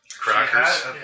Crackers